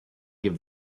give